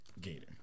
gator